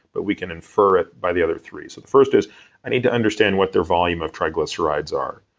but we can infer it by the other three so the first is i need to understand what their volume of triglycerides are.